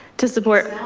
to support